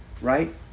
right